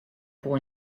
pour